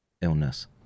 illness